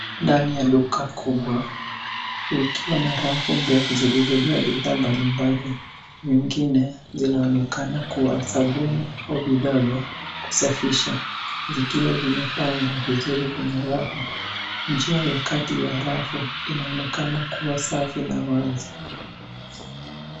Ndani ya duka kubwa ikiwa na rafu ndefu zilizojaa bidhaa mbalimbali. Mengine zinaonekana kuwa sabuni au bidhaa za kusafisha zikiwa zimepangwa vizuri kwenye rafu. Njia ya kati ya rafu inaonekana kuwa safi na wazi.